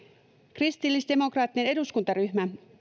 kristillisdemokraattinen eduskuntaryhmä